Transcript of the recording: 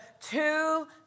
two